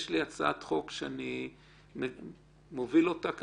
יש לי כבר הרבה זמן הצעת חוק שאני מוביל בנושא,